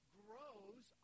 grows